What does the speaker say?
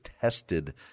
tested